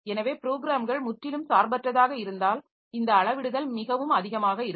எனவே ப்ரோக்ராம்கள் முற்றிலும் சார்பற்றதாக இருந்தால் இந்த அளவிடுதல் மிகவும் அதிகமாக இருக்கும்